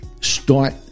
start